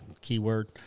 keyword